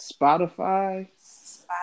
Spotify